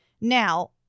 Now